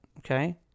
Okay